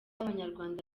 abanyarwanda